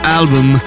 album